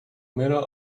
middle